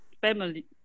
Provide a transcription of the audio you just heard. family